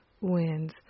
wins